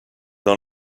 dans